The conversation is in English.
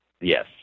Yes